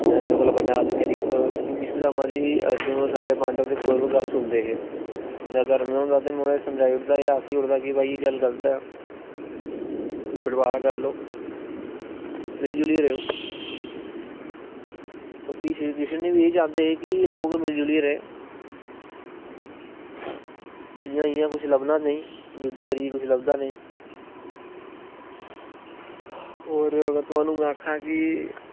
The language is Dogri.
में उंदे कोला दा बड्डा हा ते क्योंकि भीश्मपितामह अर्जुन ते सारे पांडव गल्ल सुनदे हे अगर में होंदा हा ते में समझाई ओड़दा हा कि एह् गल्ल गल्त ऐ बटवारा करी लाओ मिली जुलियै रवो कृष्ण बी चांह्दे हे कि लोग मिगली जुलियै रौह्न इयां इयां कुछ लब्भनां नेंई युघध्द करियै कुश लब्भदा नेंई होर अगर में तोआनू आक्खां कि